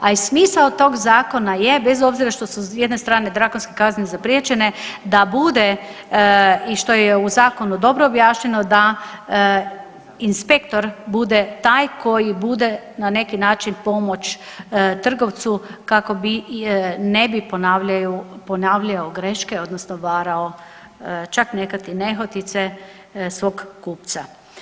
A i smisao tog zakona je bez obzira što su s jedne strane drakonske kazne zapriječene da bude i što je u zakonu dobro objašnjeno da inspektor bude taj koji bude na neki način pomoć trgovcu kako bi ne bi ponavljaju, ponavljao greške odnosno varao čak nekad i nehotice svog kupca.